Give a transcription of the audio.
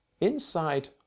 inside